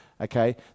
okay